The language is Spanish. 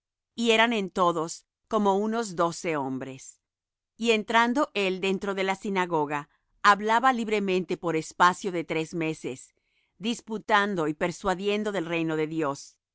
y eran en todos como unos doce hombres y entrando él dentro de la sinagoga hablaba libremente por espacio de tres meses disputando y persuadiendo del reino de dios mas